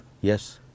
Yes